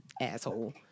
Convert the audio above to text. Asshole